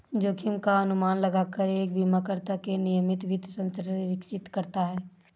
जोखिम का अनुमान लगाकर एक बीमाकर्ता एक नियमित वित्त संरचना विकसित करता है